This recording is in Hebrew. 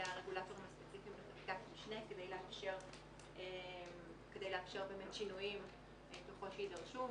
הרגולטור בחקיקת משנה כדי לאפשר שינויים ככל שיידרשו.